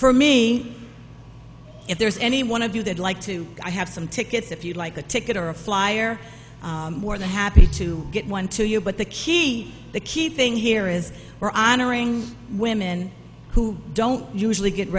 for me if there's any one of you they'd like to i have some tickets if you'd like a ticket or a flyer more than happy to get one to you but the key the key thing here is we're honoring women who don't usually get